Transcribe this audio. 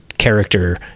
character